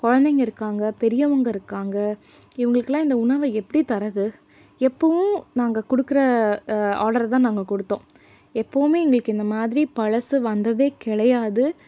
குழந்தைங்கள் இருக்காங்க பெரியவங்கள் இருக்காங்க இவங்களுக்குலாம் இந்த உணவை எப்படி தரது எப்போவும் நாங்கள் கொடுக்குற ஆர்டர் தான் நாங்கள் கொடுத்தோம் எப்போதுமே எங்களுக்கு இந்தமாதிரி பழசு வந்ததே கிடையாது